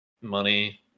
money